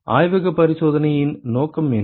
ஆய்வக பரிசோதனையின் நோக்கம் என்ன